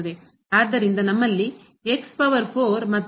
ಆದ್ದರಿಂದ ನಮ್ಮಲ್ಲಿ ಪವರ್ 4 ಮತ್ತು ಸ್ಕ್ವೇರ್ ಪವರ್ 4 ಆಗಿದೆ